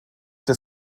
der